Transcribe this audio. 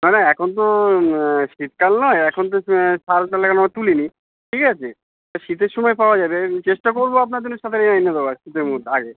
না না এখন তো শীতকাল নয় এখন তো শাল শাল এখনও তুলি নি ঠিক আছে শীতের সময় পাওয়া যাবে চেষ্টা করবো আপনার জন্য আগে এনে দেওয়ার শীতের মধ্যে আগে